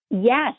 Yes